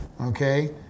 Okay